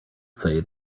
say